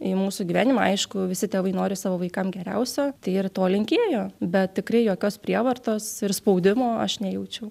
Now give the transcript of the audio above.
į mūsų gyvenimą aišku visi tėvai nori savo vaikam geriausio tai ir to linkėjo bet tikrai jokios prievartos ir spaudimo aš nejaučiau